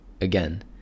again